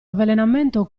avvelenamento